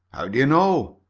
do you know?